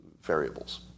variables